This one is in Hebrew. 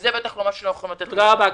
תודה.